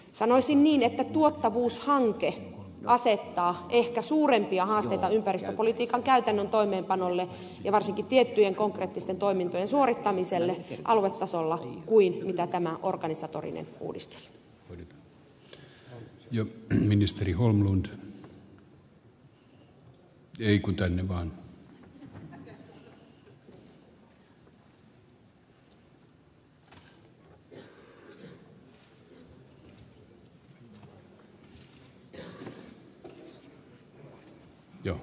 sanoisin niin että tuottavuushanke asettaa ehkä suurempia haasteita ympäristöpolitiikan käytännön toimeenpanolle ja varsinkin tiettyjen konkreettisten toimintojen suorittamiselle aluetasolla kuin tämä organisatorinen uudistus